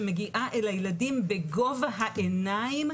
שמגיעה אל הילדים בגובה העיניים,